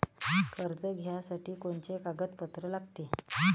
कर्ज घ्यासाठी कोनचे कागदपत्र लागते?